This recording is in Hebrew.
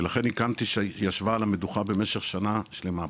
ולכן היא כאן ישבה על המדוכה במשך שנה שלמה,